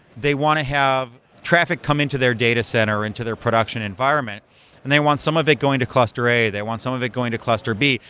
they want to have traffic come in to their data center and to their production environment and they want some of it going to cluster a. they want some of it going to cluster b.